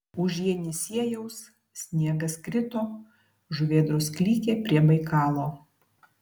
už jenisiejaus sniegas krito žuvėdros klykė prie baikalo